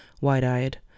wide-eyed